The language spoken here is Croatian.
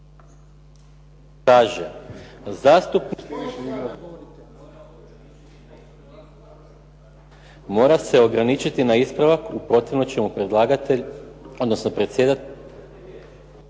… mora se ograničiti na ispravak, u protivnom će mu predlagatelj, odnosno predsjedatelj.../…